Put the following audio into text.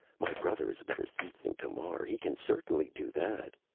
my brother is a better thief than camar. he can certainly do that.